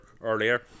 earlier